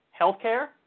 Healthcare